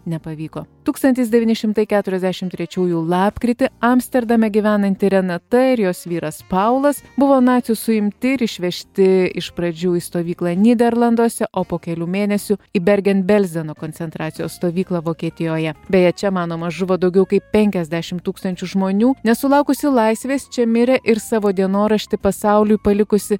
nepavyko tūkstantis devyni šimtai keturiasdešim trečiųjų lapkritį amsterdame gyvenanti renata ir jos vyras paulas buvo nacių suimti ir išvežti iš pradžių į stovyklą nyderlanduose o po kelių mėnesių į bergenbelzeno koncentracijos stovyklą vokietijoje beje čia manoma žuvo daugiau kaip penkiasdešim tūkstančių žmonių nesulaukusi laisvės čia mirė ir savo dienoraštį pasauliui palikusi